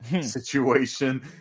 situation